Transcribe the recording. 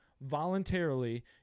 voluntarily